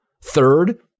Third